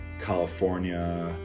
California